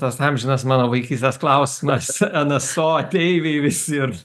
tas amžinas mano vaikystės klausimą su nso ateiviai visi ir